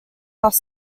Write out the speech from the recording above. bus